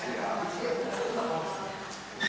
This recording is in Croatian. Hvala vam.